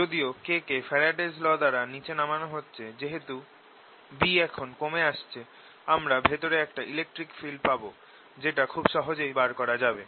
যদিও K কে Faraday's law Faradays law দ্বারা নিচে নামানো হচ্ছে যেহেতু B এখন কমে আসছে আমরা ভেতরে একটা ইলেকট্রিক ফিল্ড পাব যেটা খুব সহজে বার করা যাবে